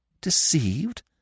Deceived